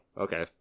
okay